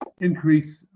increase